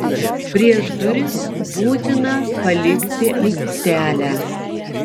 prieš duris būtina palikti aikštelę